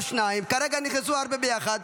כרגע נכנסו הרבה ביחד.